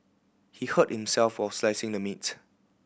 he hurt himself while slicing the meat